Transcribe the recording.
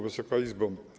Wysoka Izbo!